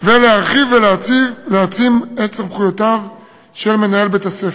ולהרחיב ולהעצים את סמכויותיו של מנהל בית-הספר.